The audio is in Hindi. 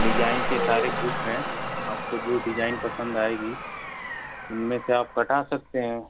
डिजाइन के सारे बुक हैं आपको जो डिजाइन पसंद आएगी उनमें से आप कटा सकते हैं